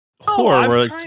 horror